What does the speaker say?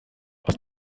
aus